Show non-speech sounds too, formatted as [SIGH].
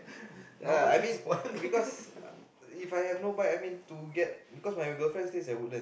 [LAUGHS] normal transport [LAUGHS]